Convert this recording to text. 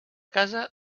casa